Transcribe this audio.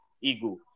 ego